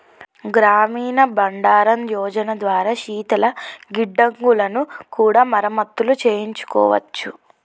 గ్రామీణ బండారన్ యోజన ద్వారా శీతల గిడ్డంగులను కూడా మరమత్తులు చేయించుకోవచ్చు